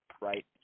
right